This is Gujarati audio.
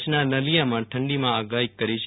કચ્છના નલિયામાં ઠંડીમાં આગાહી કરી છે